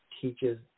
Teaches